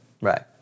Right